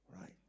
Right